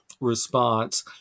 response